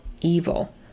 evil